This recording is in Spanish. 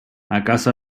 acaso